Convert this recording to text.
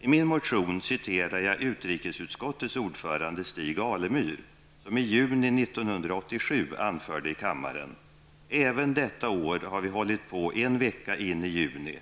I min motion citerar jag utrikesutskottets ordförande Stig Alemyr, som i juni 1987 anförde i kammaren: ''Även detta år har vi hållit på en vecka in i juni.